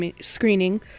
screening